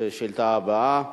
השאילתא הבאה,